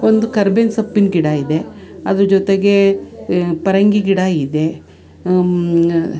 ಒಂದು ಕರ್ಬೇವಿನ ಸೊಪ್ಪಿನ ಗಿಡ ಇದೆ ಅದ್ರ ಜೊತೆಗೇ ಪರಂಗಿ ಗಿಡ ಇದೆ